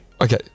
Okay